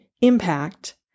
impact